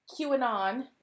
QAnon